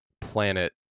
planet